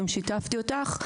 וגם שיתפתי אותך.